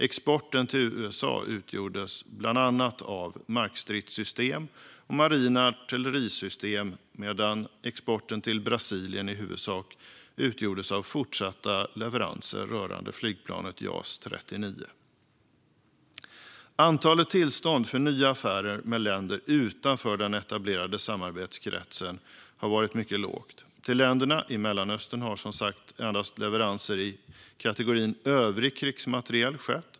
Exporten till USA utgjordes av bland annat markstridssystem och marina artillerisystem, medan exporten till Brasilien i huvudsak utgjordes av fortsatta leveranser rörande flygplanet Jas 39. Antalet tillstånd för nya affärer med länder utanför den etablerade samarbetskretsen har varit mycket lågt. Till länder i Mellanöstern har som sagt endast leveranser i kategorin övrig krigsmateriel skett.